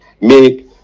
make